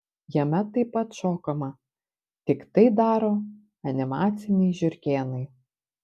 jame taip pat šokama tik tai daro animaciniai žiurkėnai